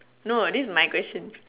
no this is my question